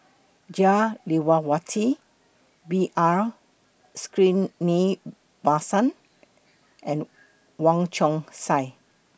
Jah Lelawati B R Sreenivasan and Wong Chong Sai